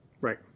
Right